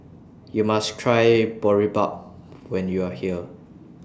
YOU must Try Boribap when YOU Are here